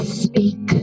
speak